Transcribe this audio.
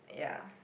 ya